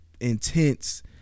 intense